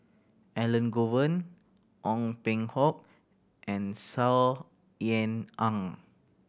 Elangovan Ong Peng Hock and Saw Ean Ang